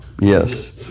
Yes